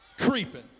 creeping